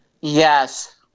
Yes